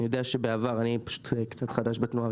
אני פשוט קצת חדש בתנועה.